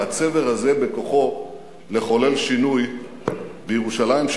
והצבר הזה בכוחו לחולל שינוי בירושלים,